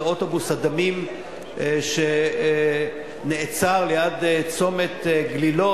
אוטובוס הדמים שנעצר ליד צומת גלילות,